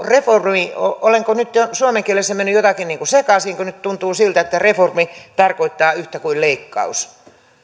reformi onko nyt suomen kielessä mennyt jotakin sekaisin kun nyt tuntuu siltä että reformi tarkoittaa yhtä kuin leikkaus